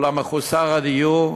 או למחוסר הדיור,